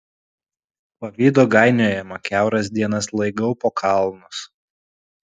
pavydo gainiojama kiauras dienas laigau po kalnus